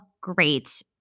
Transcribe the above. great